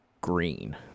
green